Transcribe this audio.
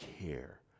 care